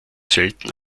selten